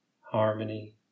Harmony